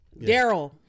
Daryl